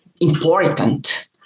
important